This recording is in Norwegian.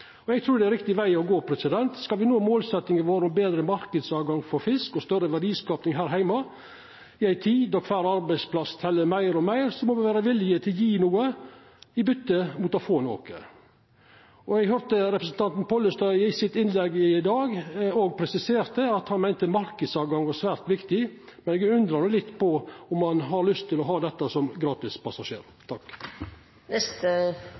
Eg trur det er riktig veg å gå. Skal me nå målsetjinga vår om betre marknadstilgang for fisk og større verdiskaping her heime, i ei tid då kvar arbeidsplass tel meir og meir, må me vera villige til å gje noko i byte mot å få noko. Eg høyrde at representanten Pollestad i innlegget sitt i dag òg presiserte at han meinte marknadstilgang var svært viktig, og eg undrar jo litt på om han har lyst til å ha dette som